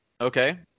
Okay